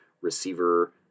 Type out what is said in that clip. receiver